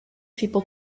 people